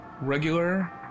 Regular